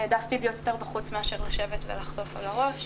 העדפתי להיות יותר בחוץ מאשר לשבת ולחטוף על הראש,